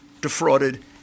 defrauded